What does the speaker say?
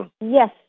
Yes